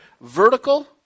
vertical